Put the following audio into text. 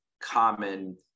common